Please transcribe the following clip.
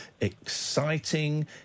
Exciting